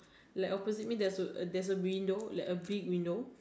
like opposite me there's a there's a window like a big window